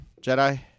Jedi